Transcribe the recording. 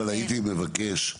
אני הייתי רוצה